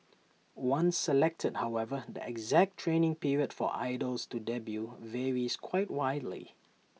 once selected however the exact training period for idols to debut varies quite widely